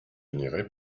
n’irai